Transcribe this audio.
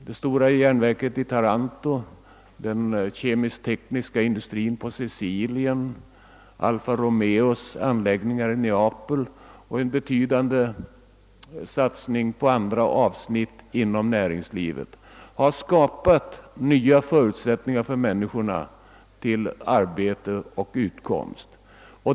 Det stora järnverket i Taranto, den kemisk-tekniska industrin på Sicilien, Alfa-Romeos anläggningar i Neapel och betydande satsningar inom andra områden av näringslivet har givit människorna nya möjligheter till arbete och utkomst.